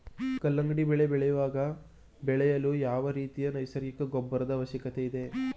ಕಲ್ಲಂಗಡಿ ಬೆಳೆ ವೇಗವಾಗಿ ಬೆಳೆಯಲು ಯಾವ ರೀತಿಯ ನೈಸರ್ಗಿಕ ಗೊಬ್ಬರದ ಅವಶ್ಯಕತೆ ಇದೆ?